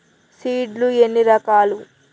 Seed లు ఎన్ని రకాలు?